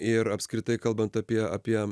ir apskritai kalbant apie apie